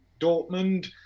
Dortmund